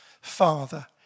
Father